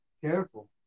Careful